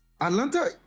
Atlanta